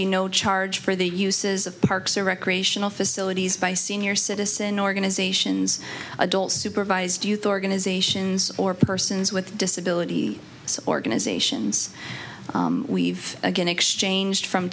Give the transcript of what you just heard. be no charge for the uses of parks or recreational facilities by senior citizen organizations adult supervised youth organizations or persons with disabilities organizations we've again exchanged from